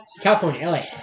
California